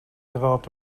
developed